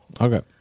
Okay